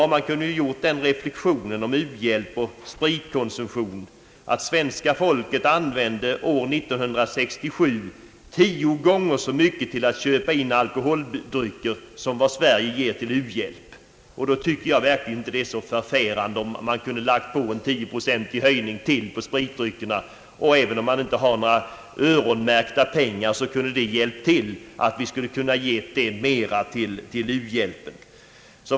Man kunde ha gjort den reflexionen om u-hjälp och spritkonsumtion, att svenska folket år 1967 använde tio gånger så mycket pengar till att köpa in alkoholdrycker som vad Sverige ger till u-hjälp. Då tycker jag verkligen inte att det vore så förfärande, om man lagt på ytterligare en tioprocentig höjning i skatten på spritdryckerna. även om man inte har några öronmärkta pengar kunde detta blivit ett ytterligare bidrag till u-hjälpen.